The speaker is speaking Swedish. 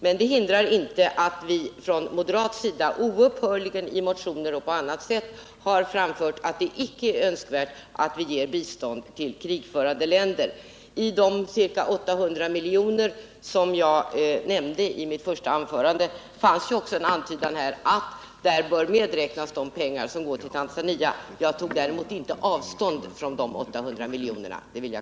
Men det hindrar inte att vi från moderat sida oupphörligen i motioner och på annat sätt har framfört att det icke är önskvärt att vi ger bistånd till krigförande länder. I de ca 800 milj.kr. som jag nämnde i mitt första anförande fanns ju också en antydan om att där bör medräknas de pengar som går till Tanzania. Jag tog däremot inte avstånd från alla de 800 miljonerna.